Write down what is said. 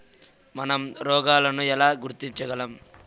మనం రోగాలను ఎలా గుర్తించగలం?